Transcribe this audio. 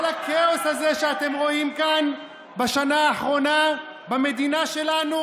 כל הכאוס הזה שאתם רואים כאן בשנה האחרונה במדינה שלנו,